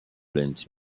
plant